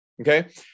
okay